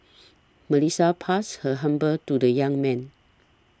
Melissa passed her humble to the young man